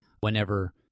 Whenever